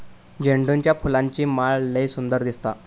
झेंडूच्या फुलांची माळ लय सुंदर दिसता